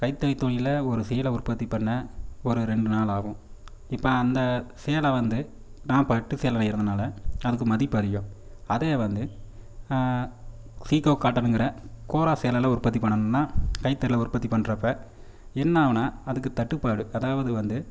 கைத்தறி தொழிலில் ஒரு சேலை உற்பத்தி பண்ண ஒரு ரெண்டு நாள் ஆகும் இப்போ அந்த சேலை வந்து நான் பட்டு சேலை நெய்கிறதுனால அதுக்கு மதிப்பு அதிகம் அதே வந்து சிகோ காட்டனுங்கிற கோராசேலையில் உற்பத்தி பண்ணனுன்னா கைத்தறியில் உற்பத்தி பண்ணுறப்ப என்ன ஆகுனா அதுக்கு தட்டுப்பாடு அதாவது வந்து